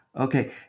okay